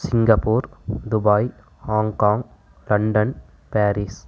Singapore Dubai Hong Kong London Paris